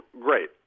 great